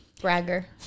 bragger